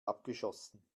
abgeschossen